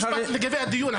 לגבי נושא הדיון,